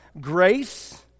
grace